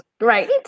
Right